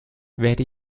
werde